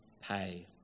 pay